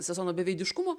sezono beveidiškumo